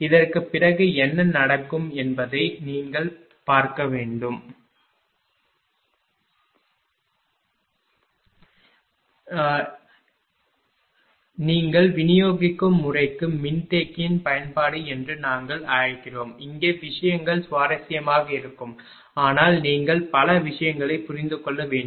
இதற்குப் பிறகு என்ன நடக்கும் என்பதை நீங்கள் விநியோகிக்கும் முறைக்கு மின்தேக்கியின் பயன்பாடு என்று நாங்கள் அழைக்கிறோம் இங்கே விஷயங்கள் சுவாரஸ்யமாக இருக்கும் ஆனால் நீங்கள் பல விஷயங்களை புரிந்து கொள்ள வேண்டும்